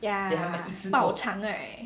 ya 爆场 right